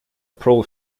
pearl